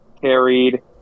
carried